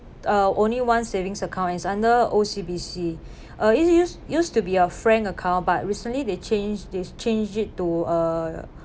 uh only one savings account is under O_C_B_C uh is used used to be a frank account but recently they change they change it to uh